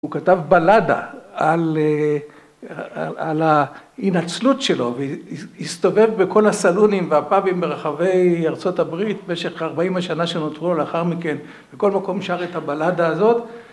‫הוא כתב בלאדה על ההנצלות שלו ‫והסתובב בכל הסלונים והפאבים ‫ברחבי ארצות הברית ‫במשך 40 השנה שנותרו לאחר מכן. ‫בכל מקום שר את הבלאדה הזאת,